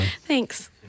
Thanks